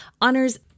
honors